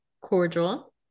cordial